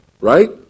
right